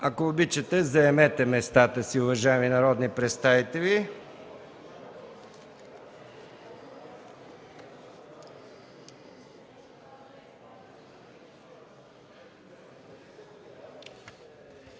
Ако обичате, заемете местата си, уважаеми народни представители!